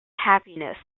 happiness